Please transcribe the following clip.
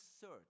search